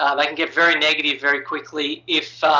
um they can get very negative very quickly if,